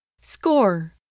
Score